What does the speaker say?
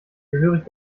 gehörig